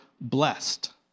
blessed